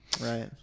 Right